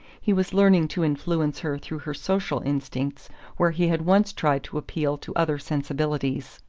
he was learning to influence her through her social instincts where he had once tried to appeal to other sensibilities.